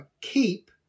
keep